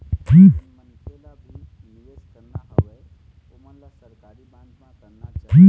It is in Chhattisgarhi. जेन मनखे ल भी निवेस करना हवय ओमन ल सरकारी बांड म करना चाही